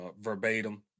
Verbatim